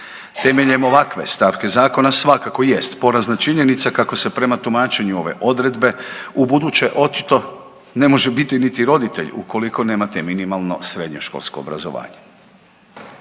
Temeljem ovakve stavke zakona svakako jest porazna činjenica kako se prema tumačenju ove odredbe u buduće očito ne može biti niti roditelj ukoliko nemate minimalno srednjoškolsko obrazovanje.